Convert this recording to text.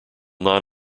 non